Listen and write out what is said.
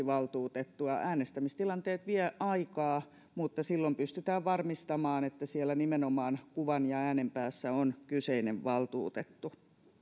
valtuutettua äänestämistilanteet vievät aikaa mutta silloin pystytään varmistamaan että siellä kuvan ja äänen päässä on nimenomaan kyseinen valtuutettu